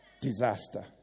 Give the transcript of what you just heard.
Disaster